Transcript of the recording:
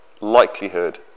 likelihood